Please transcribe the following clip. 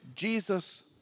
Jesus